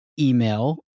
email